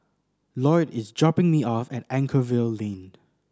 Loyd is dropping me off at Anchorvale Lane